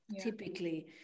typically